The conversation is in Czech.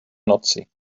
noci